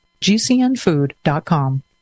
GCNfood.com